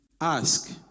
ask